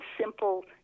simple